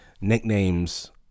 nicknames